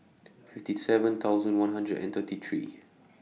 fifty seven thousand one hundred and thirty three